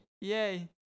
Yay